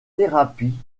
thérapie